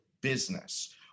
business